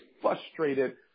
frustrated